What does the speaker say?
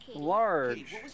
large